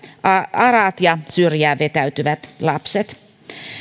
arat ja syrjään vetäytyvät lapset